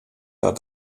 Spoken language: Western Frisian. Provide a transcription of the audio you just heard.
dat